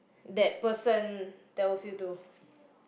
that person tells you to